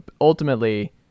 ultimately